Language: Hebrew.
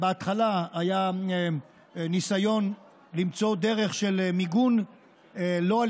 בהתחלה היה ניסיון למצוא דרך של מיגון לא על